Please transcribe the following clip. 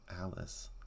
Alice